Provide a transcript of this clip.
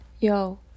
Yo